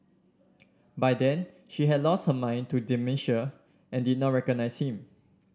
by then she had lost her mind to dementia and did not recognise him